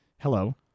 Hello